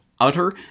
utter